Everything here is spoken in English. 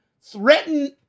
threaten